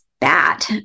bad